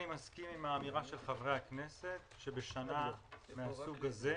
אני מסכים עם האמירה של חברי הכנסת שבשנה מן הסוג הזה,